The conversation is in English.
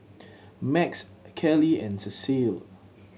Max Kaley and Cecile